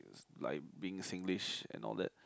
like being Singlish and all that